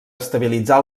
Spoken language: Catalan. estabilitzar